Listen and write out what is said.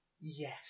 Yes